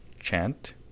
chant